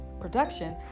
production